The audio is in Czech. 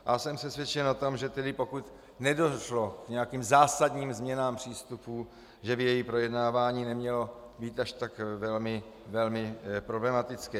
A jsem přesvědčen o tom, že tedy pokud nedošlo k nějakým zásadním změnám přístupů, že by její projednávání nemělo být až tak velmi problematické.